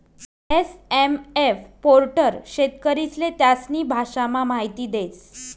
SMF portal शेतकरीस्ले त्यास्नी भाषामा माहिती देस